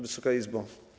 Wysoka Izbo!